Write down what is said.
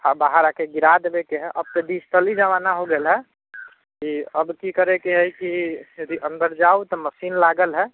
आओर बाहर आकऽ गिरा देबैके हइ अब तऽ डिजिटली जमाना हो गेल हइ अब की करैके हइ कि यदि अन्दर जाउ तऽ मशीन लागल हइ